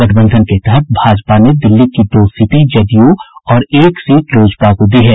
गठबंधन के तहत भाजपा ने दिल्ली की दो सीटें जदयू और एक सीट लोजपा को दी है